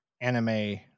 anime